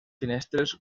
finestres